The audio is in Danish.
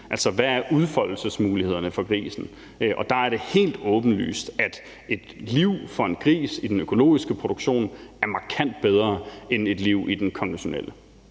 altså hvad udfoldelsesmulighederne for grisen er. Der er det helt åbenlyst, at et liv for en gris i den økologiske produktion er markant bedre end et liv i den konventionelle.